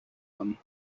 them